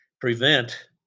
prevent